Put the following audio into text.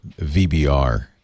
VBR